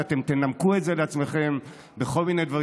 ואתם תנמקו את זה לעצמכם בכל מיני דברים